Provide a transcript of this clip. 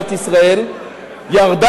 גברתי